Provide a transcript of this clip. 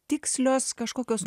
tikslios kažkokios